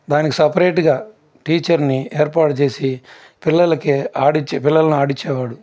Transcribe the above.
దానికి సపరేటుగా టీచర్ని ఏర్పాటు చేసి పిల్లలకి ఆడించే పిల్లలు ఆడించే వాడు